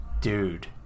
Dude